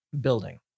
building